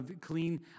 clean